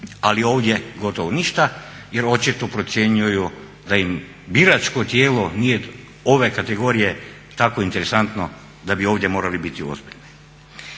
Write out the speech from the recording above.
ali ovdje gotovo ništa jer očito procjenjuju da im biračko tijelo ove kategorije nije tako interesantno da bi ovdje morali biti ozbiljni.